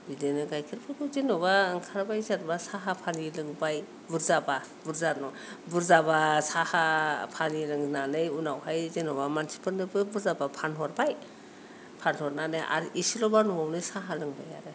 बिदिनो गायखेरफोरखौ जेनेबा ओंखारबाय सोरबा साहा पानी लोंबाय बुरजाबा बुरजानो बुरजाबा साहा पानी लोंनानै उनावहाय जेनेबा मानसिफोरनोबा बुरजाबा फानहरबाय फानहरनानै आरो एसेल'बा न'आवनो साहा लोंबाय आरो